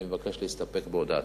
אני מבקש להסתפק בהודעתי.